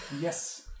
Yes